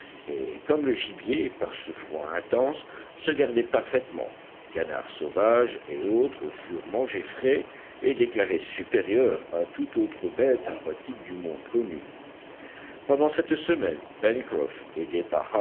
et comme le gibier par ce froid intense se gardait parfaitement canards sauvages et autres furent mangés frais et déclarés supérieurs à toutes autres bêtes aquatiques du monde connu pendant cette semaine